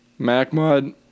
MacMud